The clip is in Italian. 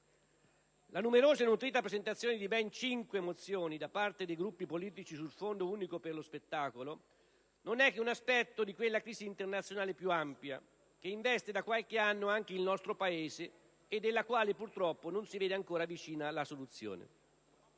la numerosa e nutrita presentazione di ben cinque mozioni da parte dei Gruppi politici sul Fondo unico per lo spettacolo (FUS), non è che un aspetto di quella crisi internazionale più ampia, che investe da qualche anno anche il nostro Paese e della quale purtroppo non si vede ancora vicina la soluzione.